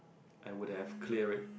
I would have clear it